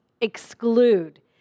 exclude